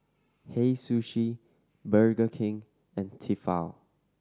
Hei Sushi Burger King and Tefal